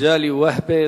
מגלי והבה,